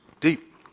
deep